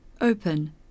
open